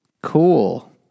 Cool